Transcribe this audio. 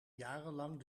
jarenlang